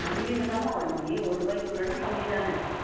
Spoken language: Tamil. கம்மிதாம்மா வட்டி ஒருரூபாய்க்குள்ளன்னா கம்மிதானே